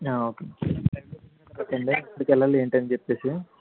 okay ఎక్కడికెళ్లాలి ఏంటని చెప్పేసి